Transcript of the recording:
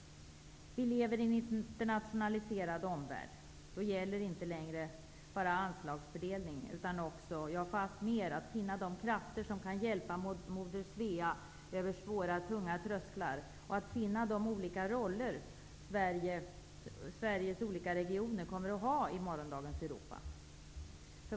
Vi lever med en internationaliserad omvärld. Då gäller inte längre bara anslagsfördelning, utan också -- ja fastmer -- att finna de krafter som kan hjälpa moder Svea över svåra, tunga trösklar, och att finna de olika roller Sveriges olika regioner kommer att ha i morgondagens Europa.